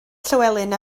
llywelyn